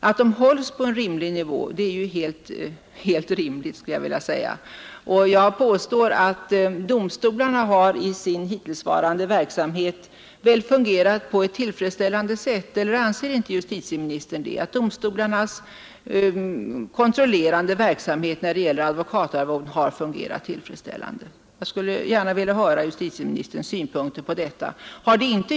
Att de hålls på en rimlig nivå är helt rimligt, och jag påstår att domstolarna i sin hittillsvarande verksamhet har fungerat på ett tillfredsställande sätt. Eller anser inte justitieministern att domstolarnas kontrollerande verksamhet när det gäller advokatarvodena har fungerat tillfredsställande? Jag skulle gärna vilja höra justitieministerns synpunkter på detta.